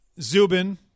Zubin